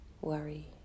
worry